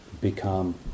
become